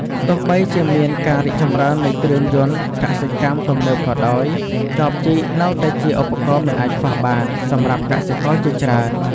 ទោះបីជាមានការរីកចម្រើននៃគ្រឿងយន្តកសិកម្មទំនើបក៏ដោយ ចបជីកនៅតែជា ឧបករណ៍មិនអាចខ្វះបាន សម្រាប់កសិករជាច្រើន។